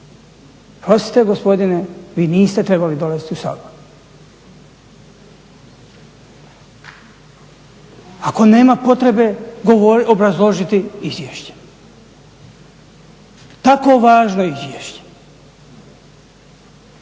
Oprostite gospodine vi niste trebali dolaziti u Sabor, ako nema potrebe obrazložiti izvješće, tako važno izvješće.